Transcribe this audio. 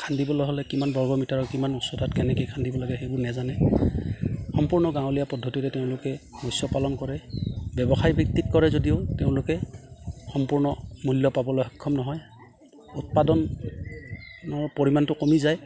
খান্দিবলৈ হ'লে কিমান বৰ্গমিটাৰ কিমান ওচ্চৰতাত কেনেকে খান্দিব লাগে সেইবোৰ নেজানে সম্পূৰ্ণ গাঁৱলীয়া পদ্ধতিৰে তেওঁলোকে মৎস্য পালন কৰে ব্যৱসায় ভিত্তিক কৰে যদিও তেওঁলোকে সম্পূৰ্ণ মূল্য পাবলৈ সক্ষম নহয় উৎপাদনৰ পৰিমাণটো কমি যায়